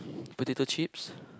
potato chips